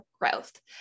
growth